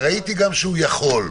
וגם ראיתי שהוא יכול.